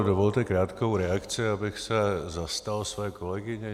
Dovolte krátkou reakci, abych se zastal své kolegyně.